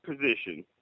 position